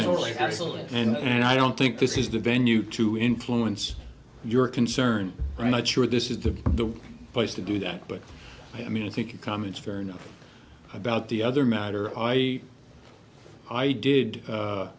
actually and i don't think this is the venue to influence your concern right not sure this is the the place to do that but i mean i think your comments fair enough about the other matter i i did